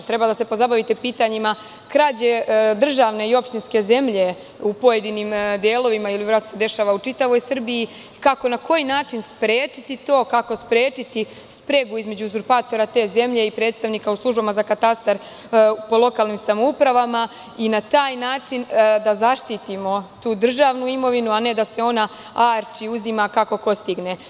Treba da se pozabavite pitanjima krađe državne i opštinske zemlje u pojedinim delovima, a verovatno se dešava u čitavoj Srbiji, kako i na koji način sprečiti to, sprečiti spregu između uzurpatora te zemlje i predstavnika u službama za katastar po lokalnim samoupravama i na taj način da zaštitimo tu državnu imovinu, a ne da se ona arči i uzima kako ko stigne.